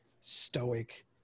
stoic